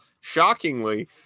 shockingly